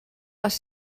les